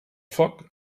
foc